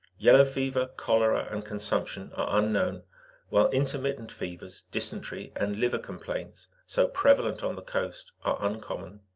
yellow fever, cholera, and consumption are unknown while intermittent fevers, dysentery, and liver complaints, so prevalent on the coast, are uncommon.